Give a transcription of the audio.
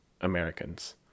Americans